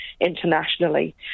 internationally